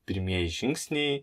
pirmieji žingsniai